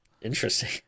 interesting